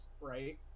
Right